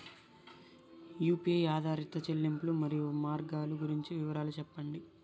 UPI ఆధారిత చెల్లింపులు, మరియు మార్గాలు గురించి వివరాలు సెప్పండి?